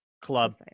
Club